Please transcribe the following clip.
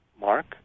Mark